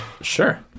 Sure